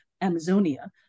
Amazonia